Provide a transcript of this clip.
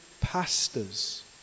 pastors